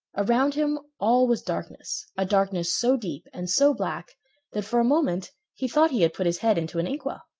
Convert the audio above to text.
around him all was darkness, a darkness so deep and so black that for a moment he thought he had put his head into an inkwell.